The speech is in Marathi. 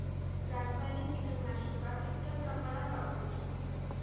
रासायनिक कीटकनाशका कितक्या प्रमाणात वापरूची?